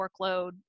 workload